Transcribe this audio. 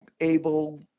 able